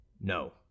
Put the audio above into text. No